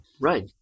Right